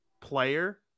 player